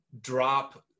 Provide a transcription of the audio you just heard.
drop